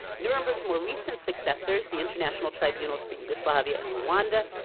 nuremberg's more recent successors, the international tribunals for yugoslavia and rwanda,